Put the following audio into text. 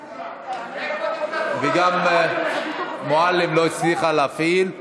גם מועלם לא הצליחה להפעיל.